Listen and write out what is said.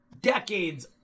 decades